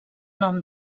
nom